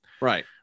Right